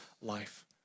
life